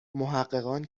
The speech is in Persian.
محققان